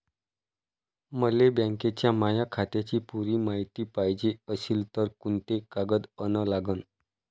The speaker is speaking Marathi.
मले बँकेच्या माया खात्याची पुरी मायती पायजे अशील तर कुंते कागद अन लागन?